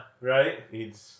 right